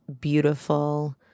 beautiful